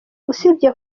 usibye